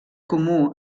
comú